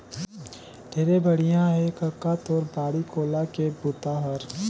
ढेरे बड़िया हे कका तोर बाड़ी कोला के बूता हर